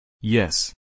Yes